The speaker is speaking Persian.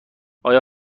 آیا